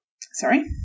sorry